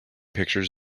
pictures